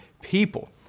people